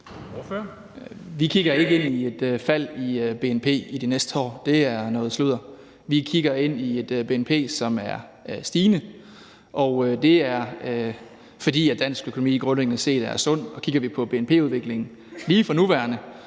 Vi kigger ikke ind i et fald i bnp i de næste år – det er noget sludder. Vi kigger ind i et bnp, som er stigende, og det er, fordi dansk økonomi grundlæggende set er sund. Og kigger vi på bnp-udviklingen lige for nuværende,